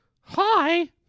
Hi